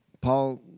Paul